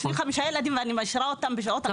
יש לי 5 ילדים, ואני משאירה אותם בשעות הקטנות.